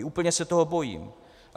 Úplně se toho bojím.